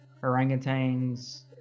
orangutans